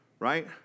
right